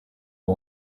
and